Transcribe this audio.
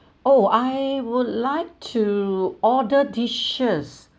oh I would like to order dishes